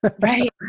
Right